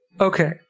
Okay